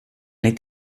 est